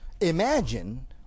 Imagine